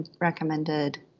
recommended